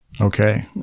Okay